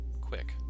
quick